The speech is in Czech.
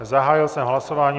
Zahájil jsem hlasování.